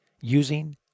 using